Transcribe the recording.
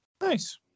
Nice